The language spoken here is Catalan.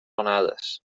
onades